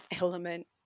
element